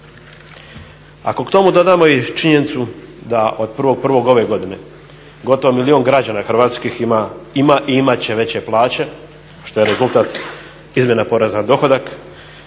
Ako tomu dodamo i činjenicu da od 1.1. ove godine gotovo milijun građana hrvatskih ima i imati će veće plaće što je rezultat izmjena poreza na dohodak